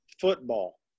football